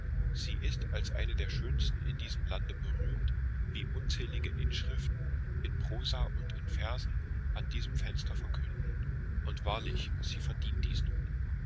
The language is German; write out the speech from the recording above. sie ist als eine der schönsten in diesem lande berühmt wie unzählige inschriften in prosa und in versen an diesem fenster verkünden und wahrlich sie verdient diesen ruhm